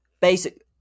Basic